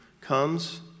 comes